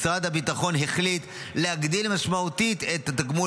משרד הביטחון החליט להגדיל משמעותית את התגמול